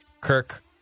Kirk